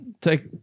take